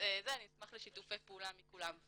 אני אשמח לשיתופי פעולה מכולם.